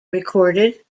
recorded